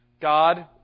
God